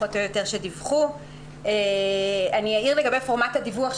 ואני אעיר לגבי פורמט הדיווח.